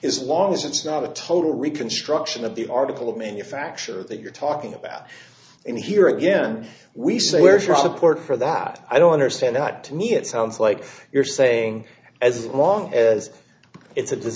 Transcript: is long as it's not a total reconstruction of the article of manufacture that you're talking about and here again we say where's your support for that i don't understand not to me it sounds like you're saying as long as it's a